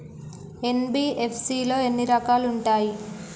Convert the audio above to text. NBFC లో ఎన్ని రకాలు ఉంటాయి?